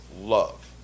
love